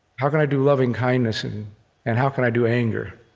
how can i do lovingkindness, and and how can i do anger?